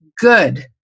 good